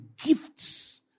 gifts